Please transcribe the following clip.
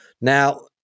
Now-